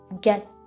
get